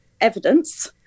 evidence